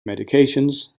medications